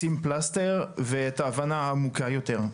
לשים פלסטר ואת ההבנה העמוקה יותר.